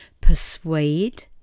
Persuade